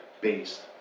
based